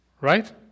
Right